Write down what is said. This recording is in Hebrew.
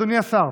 אדוני השר,